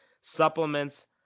supplements